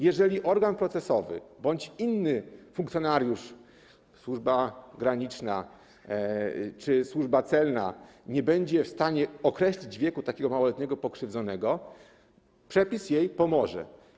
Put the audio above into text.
Jeżeli organ procesowy bądź inny funkcjonariusz - Służby Granicznej czy Służby Celnej - nie będzie w stanie określić wieku takiego małoletniego pokrzywdzonego, przepis im pomoże.